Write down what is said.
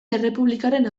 errepublikaren